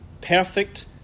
perfect